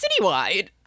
citywide